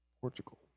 Portugal